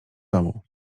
domu